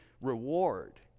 reward